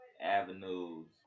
avenues